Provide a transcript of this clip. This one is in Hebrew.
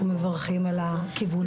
אנחנו מברכים על הכיוון הזה.